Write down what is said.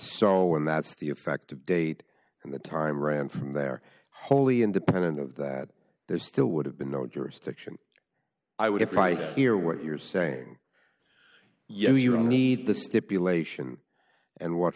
so and that's the effective date and the time ran from there wholly independent of that there still would have been no jurisdiction i would if i hear what you're saying you know you don't need the stipulation and what